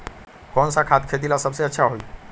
कौन सा खाद खेती ला सबसे अच्छा होई?